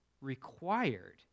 required